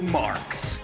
marks